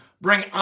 bring